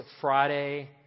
Friday